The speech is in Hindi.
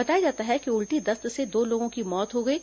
बताया जाता है कि उल्टी दस्त से दो लोगों की मौत हो गई है